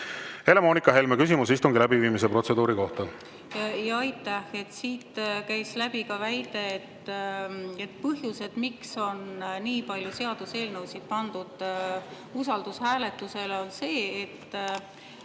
Helle-Moonika Helme, küsimus istungi läbiviimise protseduuri kohta. Aitäh! Siit käis läbi ka väide, et põhjus, miks on nii palju seaduseelnõusid pandud usaldushääletusele, on see, et